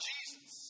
Jesus